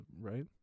right